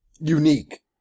unique